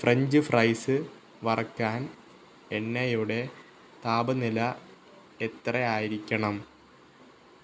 French fries വറുക്കാൻ എണ്ണയുടെ താപനില എത്രയായിരിക്കണം